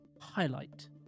highlight